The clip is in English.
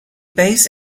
base